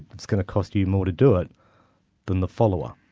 it's going to cost you you more to do it than the follower,